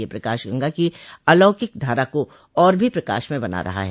यह पकाश गंगा की आलोकिक धारा को और भी प्रकाशमय बना रहा है